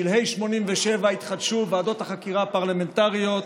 בשלהי 1987 התחדשו ועדות החקירה הפרלמנטריות,